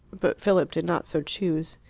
but philip did not so choose.